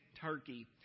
Turkey